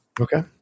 Okay